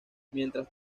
mientras